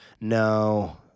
No